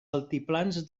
altiplans